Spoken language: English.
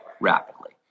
rapidly